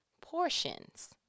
Portions